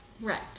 Right